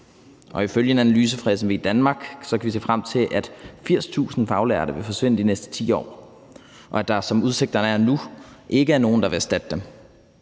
Ifølge en analyse fra SMVdanmark kan vi se frem til, at 80.000 faglærte vil forsvinde de næste 10 år, og at der, som udsigterne er nu, ikke er nogen, der vil erstatte dem.